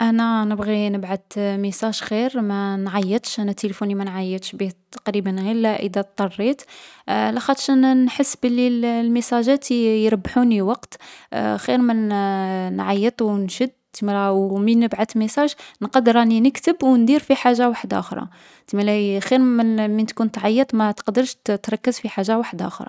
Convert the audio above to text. أنا نبغي نبعت ميساج خير، ما نعيّطش. أنا تلفوني ما نعيّطش بيه تقريبا غي لّا إذا اضطريت، لاخاطش، نـ نحس بلي الميساجات يـ يربحوني وقت، خير ما نـ نعيّط و نشد. تسمالا و من نبعت ميساج، نقد راني نكتب و ندير في حاجة وحداخرا. تسمالا خير ما نـ من تكون تعيط ما تقدرش تـ تركز في حاجة وحداخرا.